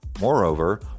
Moreover